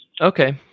Okay